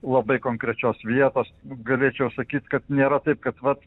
labai konkrečios vietos galėčiau sakyt kad nėra taip kad vat